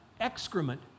excrement